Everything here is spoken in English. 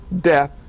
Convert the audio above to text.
death